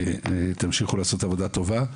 תמשיכו לעשות עבודה טובה.